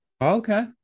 okay